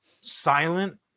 silent